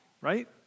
right